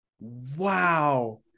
Wow